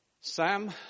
Sam